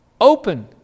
open